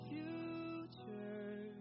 future